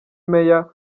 meya